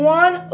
one